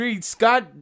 Scott